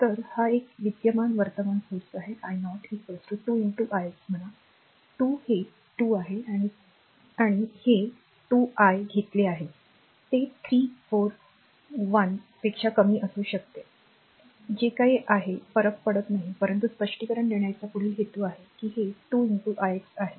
तर हा एक विद्यमान वर्तमान स्त्रोत आहे i 0 2 i x म्हणा 2 हे 2 आहे हे 2 मी घेतले आहे ते 3 4 1 पेक्षा कमी असू शकते जे काही आहे फरक पडत नाही परंतु स्पष्टीकरण देण्याचे पुढील हेतू आहे की ते 2 i x आहे